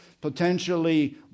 potentially